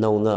ꯅꯧꯅ